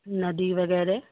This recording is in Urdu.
ندی وغیرہ